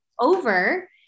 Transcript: over